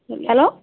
hello